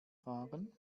fahren